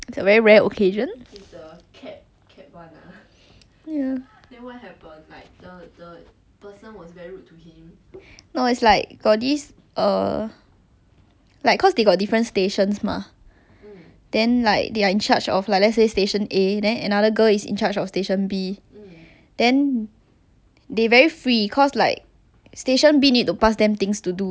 no it's like got this err like cause they got different stations mah then like they are in charge of like let's say station A then another girl is in charge of station B then they very free cause like station B need to pass them things to do but then station B is not done yet so they were like oh nevermind lah we go and help the girl do then the supervisor scold them say what oh what you trying to help